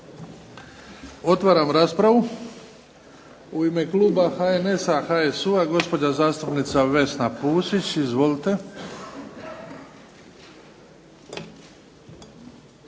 Otvaram raspravu. U ime Kluba HNS-a HSU-a, gospođa zastupnica Vesna PUsić. Izvolite.